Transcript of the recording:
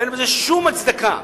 אין לזה שום הצדקה.